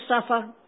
suffer